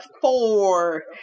four